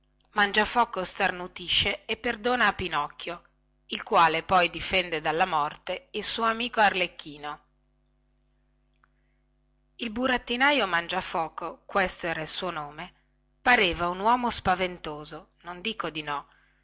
morire mangiafoco starnutisce e perdona a pinocchio il quale poi difende dalla morte il suo amico arlecchino il burattinaio mangiafoco che questo era il suo nome pareva un uomo spaventoso non dico di no